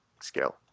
scale